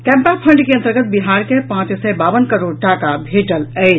Campa fund के अंतर्गत बिहार के पाँच सय बावन करोड़ टाका भेटल अछि